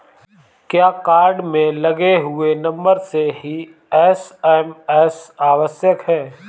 क्या कार्ड में लगे हुए नंबर से ही एस.एम.एस आवश्यक है?